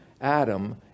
Adam